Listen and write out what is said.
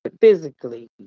physically